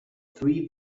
three